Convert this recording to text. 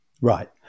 Right